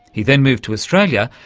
he then moved to australia,